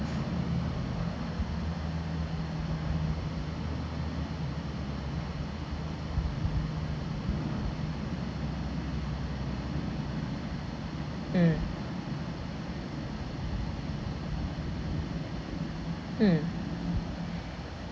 mm mm